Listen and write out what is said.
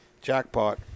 jackpot